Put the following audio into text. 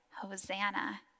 Hosanna